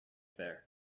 there